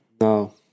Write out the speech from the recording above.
No